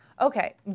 Okay